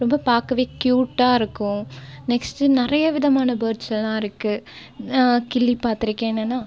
ரொம்ப பார்க்கவே கியூட்டாக இருக்கும் நெக்ஸ்ட்டு நிறைய விதமான பேர்ட்ஸ் எல்லாம் இருக்குது கிளி பார்த்திருக்கேன் என்னென்னா